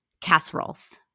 casseroles